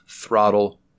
throttle